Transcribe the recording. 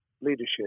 leadership